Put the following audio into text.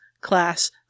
class